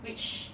which